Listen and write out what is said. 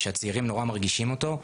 שהצעירים נורא מרגישים אותו.